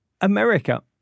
America